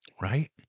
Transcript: Right